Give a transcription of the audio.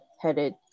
headed